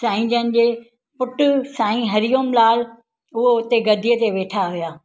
साईंजन जे पुट साईं हरिओम लाल उहो हुते गदीअ ते वेठा हुआ